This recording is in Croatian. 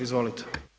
Izvolite.